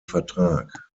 vertrag